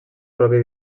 propi